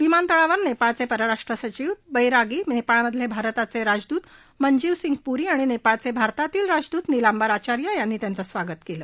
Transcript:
विमानतळावर नेपाळचे परराष्ट्र सचीव शंकरदास बैरागी नेपाळमधले भारताचे राजदूत मनजीवसिंग पुरी आणि नेपाळचे भारतातले राजदूत निलांबर आचार्य यांनी त्यांचं स्वागत केलं